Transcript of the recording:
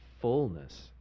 fullness